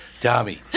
Tommy